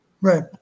Right